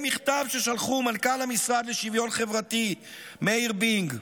במכתב ששלחו מנכ"ל המשרד לשוויון חברתי מאיר בינג,